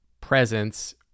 presence